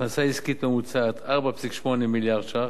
הכנסה עסקית ממוצעת, 4.8 מיליארד ש"ח,